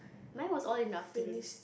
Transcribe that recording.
mine was all in the afternoon